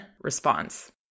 response